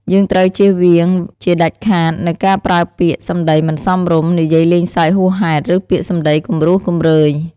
យើងត្រូវជៀសវាងជាដាច់ខាតនូវការប្រើពាក្យ សំដីមិនសមរម្យ និយាយលេងសើចហួសហេតុ ឬពាក្យសម្ដីគំរោះគំរើយ។